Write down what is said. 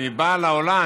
אם היא באה לעולם,